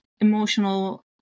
emotional